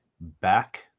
Back